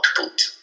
output